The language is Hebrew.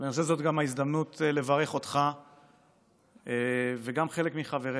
אני חושב שזו גם ההזדמנות לברך אותך וגם חלק מחבריך.